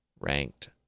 ranked